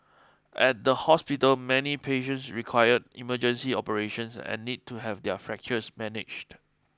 at the hospital many patients required emergency operations and need to have their fractures managed